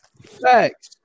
Facts